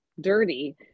dirty